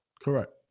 Correct